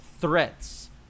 threats